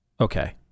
okay